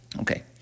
Okay